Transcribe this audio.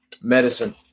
medicine